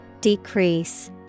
Decrease